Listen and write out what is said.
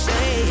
Say